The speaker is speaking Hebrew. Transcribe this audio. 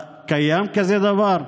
קיים כזה דבר?